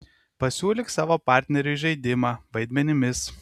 pasiūlyk savo partneriui žaidimą vaidmenimis